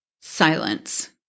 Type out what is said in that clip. Silence